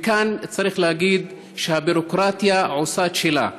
וכאן צריך להגיד שהביורוקרטיה עושה את שלה,